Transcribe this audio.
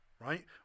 right